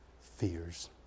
Fears